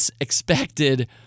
expected